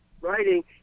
writing